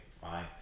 fine